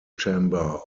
chamber